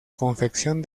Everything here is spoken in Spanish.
confección